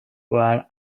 where